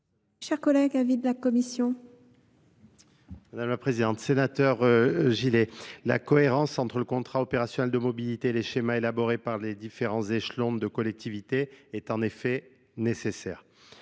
cher collègue, l'avis de la commission. Mᵐᵉ la Présidente, sénateur gilet, la cohérence entre le contrat opérationnel de mobilité et les schémas élaborés par les différents échelons de collectivité est en effet nécessaire.